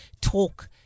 Talk